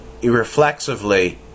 irreflexively